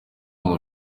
ngo